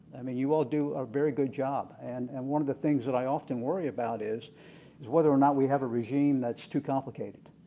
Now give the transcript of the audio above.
i mean, you all do a very good job. and and one of the things i often worry about is is whether or not we have a regime that is too complicated.